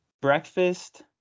breakfast